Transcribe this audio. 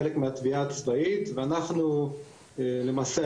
חלק מהתביעה הצבאית ואנחנו למעשה,